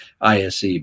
ISE